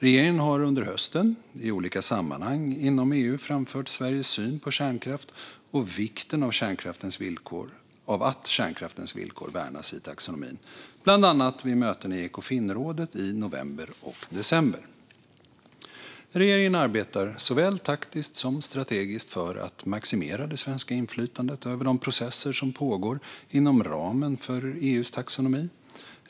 Regeringen har under hösten i olika sammanhang inom EU framfört Sveriges syn på kärnkraft och vikten av att kärnkraftens villkor värnas i taxonomin, bland annat vid möten i Ekofinrådet i november och december. Regeringen arbetar såväl taktiskt som strategiskt för att maximera det svenska inflytandet över de processer som pågår inom ramen för EU:s taxonomi.